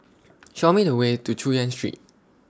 Show Me The Way to Chu Yen Street